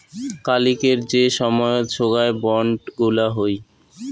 কালিকের যে সময়ত সোগায় বন্ড গুলা হই